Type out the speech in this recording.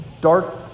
dark